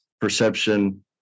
perception